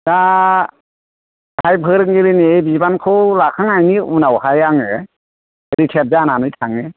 दा गाहाय फोरोंगिरिनि बिबानखौ लाखांनायनि उनाव हाय आङो रिथायार्थ जानानै थाङो